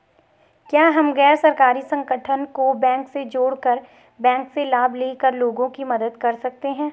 क्या हम गैर सरकारी संगठन को बैंक से जोड़ कर बैंक से लाभ ले कर लोगों की मदद कर सकते हैं?